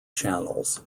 channels